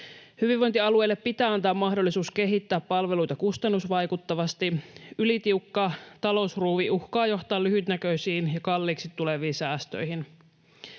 Hyvinvointialueille pitää antaa mahdollisuus kehittää palveluita kustannusvaikuttavasti. Ylitiukka talousruuvi uhkaa johtaa lyhytnäköisiin ja kalliiksi tuleviin säästöihin.